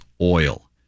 oil